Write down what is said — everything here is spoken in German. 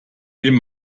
dem